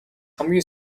хамгийн